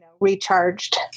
recharged